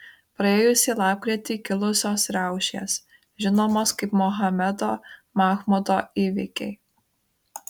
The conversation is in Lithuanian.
praėjusį lapkritį kilusios riaušės žinomos kaip mohamedo mahmudo įvykiai